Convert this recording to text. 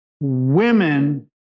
women